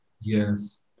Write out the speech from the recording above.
Yes